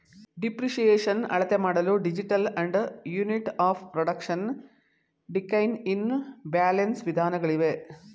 depreciation ಅಳತೆಮಾಡಲು digital and unit of production, decline in balance ವಿಧಾನಗಳಿವೆ